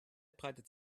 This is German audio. breitet